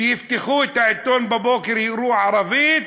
שיפתחו את העיתון בבוקר, יראו ערבית,